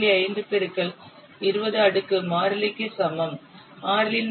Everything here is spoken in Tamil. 5 X 20 அடுக்கு மாறிலிக்கு சமம் மாறிலியின் மதிப்பு 0